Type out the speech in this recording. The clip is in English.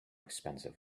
expensive